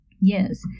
Yes